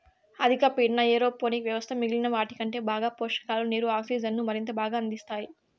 అధిక పీడన ఏరోపోనిక్ వ్యవస్థ మిగిలిన వాటికంటే బాగా పోషకాలు, నీరు, ఆక్సిజన్ను మరింత బాగా అందిస్తాయి